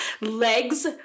legs